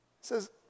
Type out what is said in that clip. says